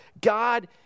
God